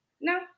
No